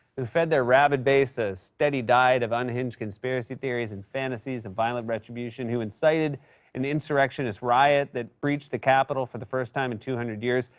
who fed their rabid base a steady diet of unhinged conspiracy theories and fantasies and violent retribution, who incited the insurrectionists' riot that breached the capitol for the first time in two hundred years,